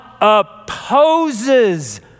opposes